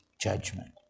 judgment